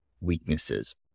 weaknesses